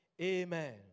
Amen